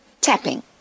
tapping